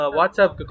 WhatsApp